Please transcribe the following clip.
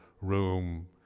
room